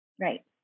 Right